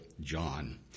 John